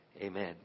Amen